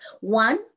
One